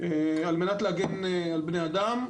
על מנת להגן על בני אדם.